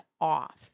off